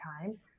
time